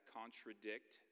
contradict